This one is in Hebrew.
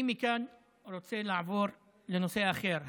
מכאן אני רוצה לעבור לנושא אחר.